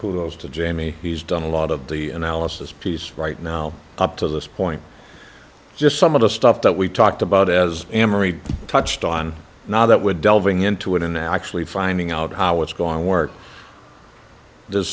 kudos to jamie he's done a lot of the analysis piece right now up to this point just some of the stuff that we talked about as emery touched on now that we're delving into it in actually finding out how it's going to work does